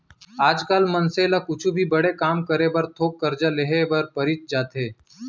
आज काल मनसे ल कुछु भी बड़े काम करे बर थोक करजा लेहे बर परीच जाथे